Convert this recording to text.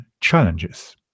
challenges